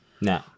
No